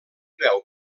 veu